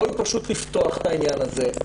ראוי פשוט לפתוח את העניין הזה.